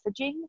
messaging